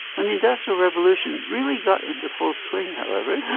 when the industrial revolution really got into full swing however,